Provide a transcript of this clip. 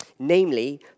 Namely